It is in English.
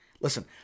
Listen